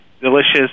delicious